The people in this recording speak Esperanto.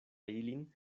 ilin